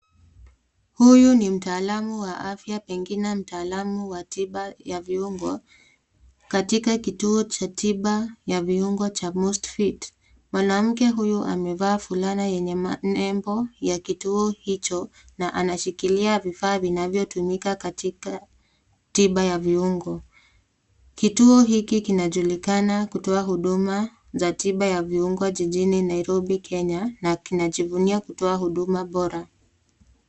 Huyu ni mtaalamu wa afya pengine mtaalamu wa tiba ya viungo katika kituo cha tiba ya viungo cha Most Fit. Mwanamke huyu amevaa fulana yenye nembo ya kituo hicho na anashikilia vifaa vinavyotumika katika tiba ya viungo. Kituo hiki kinajulikana kutoa huduma za tiba ya viungo jijini Nairobi, Kenya na kinajivunia kutoa huduma bora.